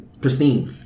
pristine